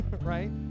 right